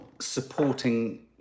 supporting